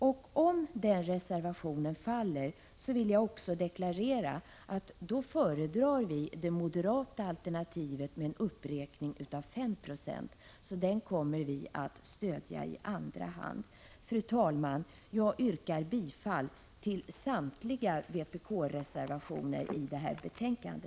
Jag vill deklarera att om den reservationen faller, föredrar vi det moderata alternativet med en uppräkning av 5 90. Den reservationen kommer vi alltså att stödja i andra hand. Fru talman! Jag yrkar bifall till samtliga vpk-reservationer i detta betänkande.